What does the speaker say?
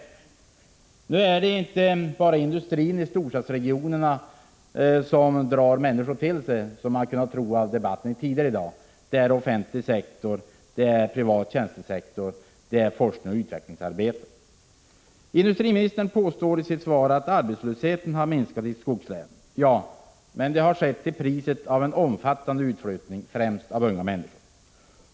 Men det är inte bara industrin i storstadsregionerna som drar människor till sig — av debatten tidigare i dag att döma kan man ju tro det — utan det gör också den offentliga sektorn, den privata tjänstesektorn och forskningsoch utvecklingsarbetet. Industriministern påstår i sitt svar att arbetslösheten har minskat i skogslänen. Ja, det har den gjort. Men det har skett till priset av en omfattande utflyttning. Det gäller då främst unga människor.